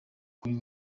kuri